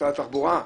משרד התחבורה,